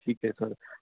ਠੀਕ ਹੈ ਸਰ